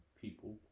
people